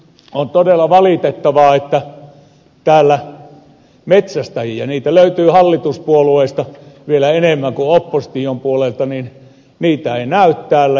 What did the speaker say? on todella valitettavaa että metsästäjiä niitä löytyy hallituspuolueista vielä enemmän kuin opposition puolelta ei näy täällä